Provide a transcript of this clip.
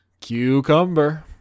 Cucumber